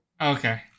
Okay